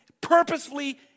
purposefully